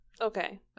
Okay